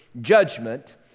judgment